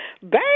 Baby